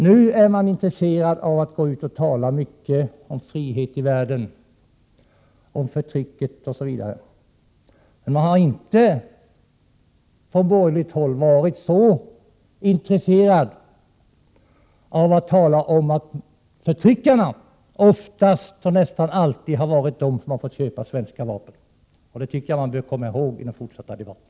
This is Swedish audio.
Nu är man intresserad av att gå ut och tala mycket om frihet i världen, om förtryck osv., men man har inte från borgerligt håll varit så intresserad av att tala om att förtryckarna oftast och nästan alltid har varit de som har fått köpa svenska vapen. Det tycker jag man skall komma ihåg i den fortsatta debatten.